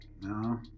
No